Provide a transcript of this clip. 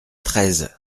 treize